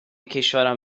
کشورم